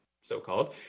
so-called